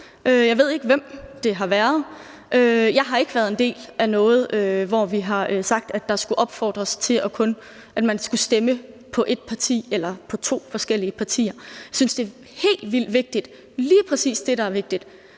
Jeg ved ikke, hvem det var. Jeg har ikke været en del af noget, hvor vi har sagt, at der skulle opfordres til, at man skulle stemme på et bestemt eller to bestemte partier. Jeg synes, det er helt vildt vigtigt – det er lige præcis det, der er vigtigt